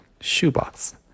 shoebox